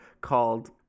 called